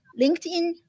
LinkedIn